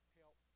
help